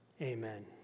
Amen